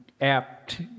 apt